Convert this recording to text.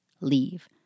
Leave